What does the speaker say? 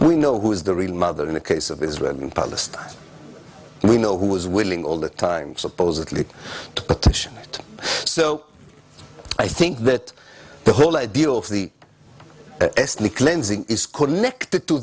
we know who is the real mother in the case of israel and palestine we know who was willing all the time supposedly to petition so i think that the whole idea of the ethnic cleansing is connected to